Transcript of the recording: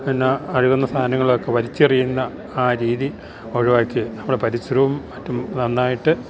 പിന്നെ അഴുകുന്ന സാധനങ്ങളൊക്കെ വലിച്ചെറിയുന്ന ആ രീതി ഒഴിവാക്കി നമ്മള് പരിസരവും മറ്റും നന്നായിട്ട്